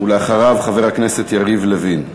ואחריו, חבר הכנסת יריב לוין.